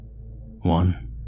One